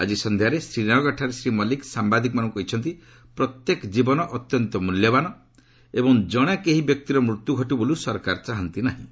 ଆଜି ସନ୍ଧ୍ୟାରେ ଶ୍ରୀନଗରଠାରେ ଶ୍ରୀ ମଲ୍ଲିକ ସାମ୍ବାଦିକମାନଙ୍କୁ କହିଛନ୍ତି ପ୍ରତ୍ୟେକ ଜୀବନ ଅତ୍ୟନ୍ତ ମୂଲ୍ୟବାନ ଏବଂ ଜଣେ କେହି ବ୍ୟକ୍ତିଙ୍କର ମୃତ୍ୟୁ ଘଟୁ ବୋଲି ସରକାର ଚାହାନ୍ତି ନାହିଁ